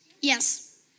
Yes